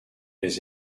les